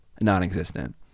non-existent